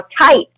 tight